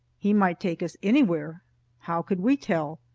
he might take us anywhere how could we tell?